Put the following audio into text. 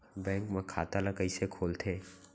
Bank म खाता ल कइसे खोलथे?